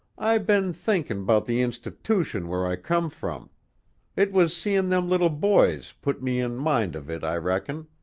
i been thinkin' about the institootion where i come from it was seein' them little boys put me in mind of it, i reckon.